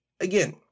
again